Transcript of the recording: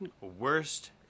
Worst